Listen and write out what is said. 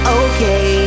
okay